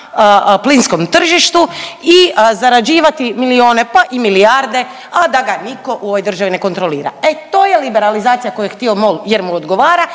plinskom tržištu i zarađivati milione pa i milijarde, a da ga nitko u ovoj državi ne kontrolira. E to je liberalizacija koju je htio MOL jer mu odgovara